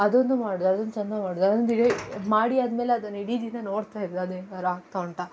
ಅದೊಂದು ಮಾಡೋದು ಅದೊಂದು ಚೆಂದ ಮಾಡೋದು ಅದೊಂದು ಇಡೀ ಮಾಡಿ ಆದ್ಮೇಲೆ ಅದನ್ನ ಇಡೀ ದಿನ ನೋಡ್ತಾಯಿರೋದು ಅದೇನಾದ್ರು ಆಗ್ತಾ ಉಂಟಾ